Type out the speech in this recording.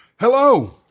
Hello